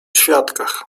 świadkach